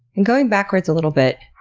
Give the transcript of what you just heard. and going backwards a little bit,